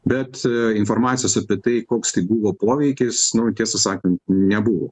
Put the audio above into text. bet informacijos apie tai koks tai buvo poveikis nu tiesą sakant nebuvo